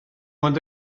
ond